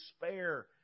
despair